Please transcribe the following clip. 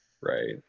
Right